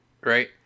right